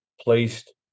placed